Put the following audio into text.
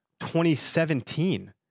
2017